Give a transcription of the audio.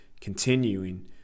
continuing